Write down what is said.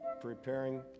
preparing